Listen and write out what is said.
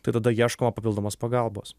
tai tada ieškoma papildomos pagalbos